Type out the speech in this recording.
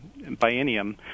biennium